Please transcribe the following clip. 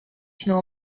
sinu